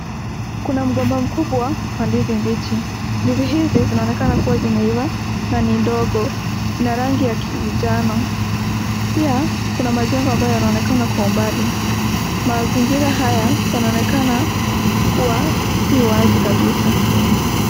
Kuna mgomba mkubwa wa ndizi mbichi, ndizi hizi zinaonekana kuwa zimeiva na ni ndogo, ina rangi ya kijano, pia kuna majengo ambayo yanaonekana kwa umbali, mazingira haya yanaonekana kuwa, si wazi kabisa.